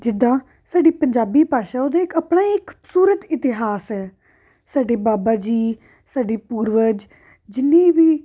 ਜਿੱਦਾਂ ਸਾਡੀ ਪੰਜਾਬੀ ਭਾਸ਼ਾ ਉਹਦਾ ਇੱਕ ਆਪਣਾ ਇੱਕ ਖੂਬਸੂਰਤ ਇਤਿਹਾਸ ਹੈ ਸਾਡੇ ਬਾਬਾ ਜੀ ਸਾਡੇ ਪੂਰਵਜ ਜਿੰਨੇ ਵੀ